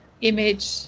image